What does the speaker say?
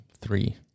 three